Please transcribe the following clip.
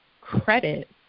credit